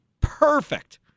Perfect